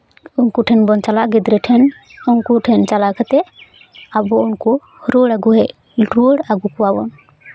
ᱩᱱᱠᱩ ᱴᱷᱮᱱ ᱵᱚᱱ ᱪᱟᱞᱟᱜᱼᱟ ᱜᱤᱫᱽᱨᱟᱹ ᱴᱷᱮᱱ ᱩᱱᱠᱩ ᱴᱷᱮᱱ ᱪᱟᱞᱟᱣ ᱠᱟᱛᱮ ᱟᱵᱚ ᱩᱱᱠᱩ ᱨᱩᱣᱟᱹᱲ ᱟᱜᱩ ᱦᱩᱭᱩᱜ ᱨᱩᱣᱟᱹᱲ ᱟᱜᱩ ᱠᱚᱣᱟᱵᱚᱱ